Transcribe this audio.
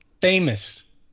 famous